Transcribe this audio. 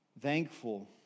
thankful